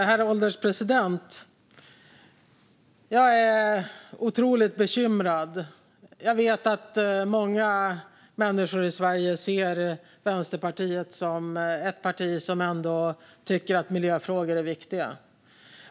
Herr ålderspresident! Jag är otroligt bekymrad. Jag vet att många människor i Sverige ser Vänsterpartiet som ett parti som tycker att miljöfrågor är viktiga.